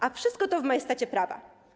A wszystko to w majestacie prawa.